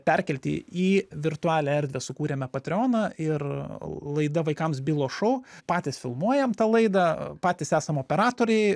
perkelti į virtualią erdvę sukūrėme patrioną ir laida vaikams bilo šou patys filmuojam tą laidą patys esam operatoriai